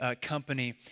company